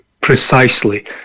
Precisely